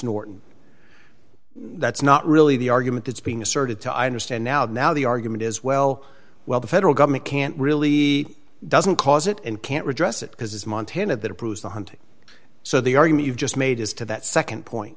norton that's not really the argument that's being asserted to understand now and now the argument is well well the federal government can't really doesn't cause it and can't redress it because it's montana that approves the hunting so the argument you've just made as to that nd point